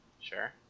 sure